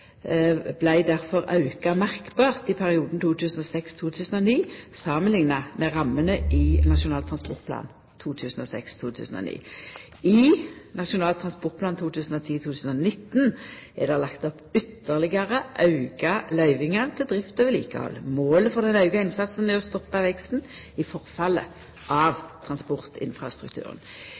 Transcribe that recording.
auka merkbart i perioden 2006–2009, samanlikna med rammene i Nasjonal transportplan 2006–2009. I Nasjonal transportplan 2010–2019 er det lagt opp til ytterlegare auka løyvingar til drift og vedlikehald. Målet for den auka innsatsen er å stoppa veksten i forfallet av transportinfrastrukturen.